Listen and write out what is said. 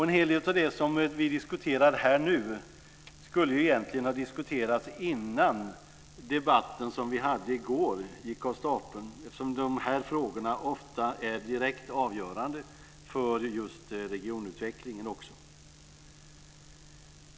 En hel del av det som vi diskuterar här nu skulle egentligen ha diskuterats innan den debatt som gick av stapeln i går eftersom de här frågorna ofta är direkt avgörande för just regionutvecklingen också.